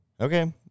Okay